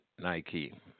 Nike